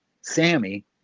Sammy